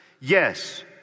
Yes